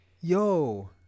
Yo